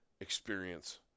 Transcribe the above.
experience